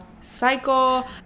cycle